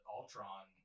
Ultron